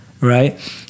right